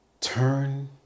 Turn